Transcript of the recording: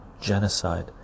genocide